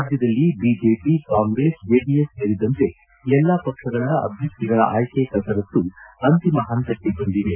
ರಾಜ್ಯದಲ್ಲಿ BJP Congress JDS ಸೇರಿದಂತೆ ಎಲ್ಲಾ ಪಕ್ಷಗಳ ಅಭ್ಯರ್ಥಿಗಳ ಆಯ್ಕೆ ಕಸರತು ಅಂತಿಮ ಪಂತಕ್ಕೆ ಬಂದಿವೆ